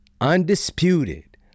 undisputed